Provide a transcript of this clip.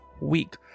week